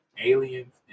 aliens